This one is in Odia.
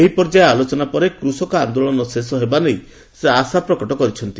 ଏହି ପର୍ଯ୍ୟାୟ ଆଲୋଚନା ପରେ କୃଷକ ଆନ୍ଦୋଳନ ଶେଷ ହେବା ନେଇ ସେ ଆଶାବ୍ୟକ୍ତ କରିଛନ୍ତି